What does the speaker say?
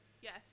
Yes